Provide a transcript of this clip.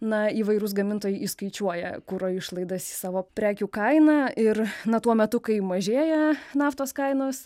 na įvairūs gamintojai įskaičiuoja kuro išlaidas į savo prekių kainą ir na tuo metu kai mažėja naftos kainos